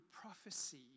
prophecy